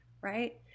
right